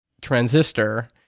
transistor